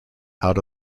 out